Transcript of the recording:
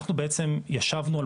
אנחנו בעצם ישבנו על